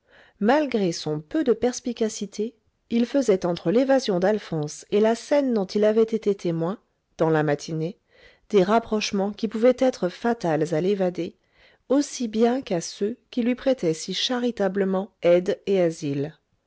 malgré son peu de perspicacité il faisait entre l'évasion d'alphonse et la scène dont il avait été témoin dans la matinée des rapprochements qui pouvaient être fatals à l'évadé aussi bien qu'à ceux qui lui prêtaient si charitablement aide et asile